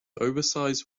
oversize